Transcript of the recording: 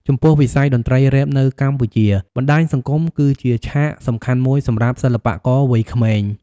ចំពោះវិស័យតន្ត្រីរ៉េបនៅកម្ពុជា បណ្ដាញសង្គមគឺជាឆាកសំខាន់មួយសម្រាប់សិល្បករវ័យក្មេង។